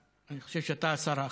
אני חושב שאתה השר האחראי: